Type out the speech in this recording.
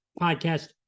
podcast